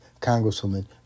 Congresswoman